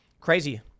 Crazy